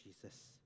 Jesus